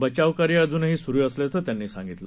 बचाव कार्य अज्नही सुरू असल्याचं त्यांनी सांगीतलं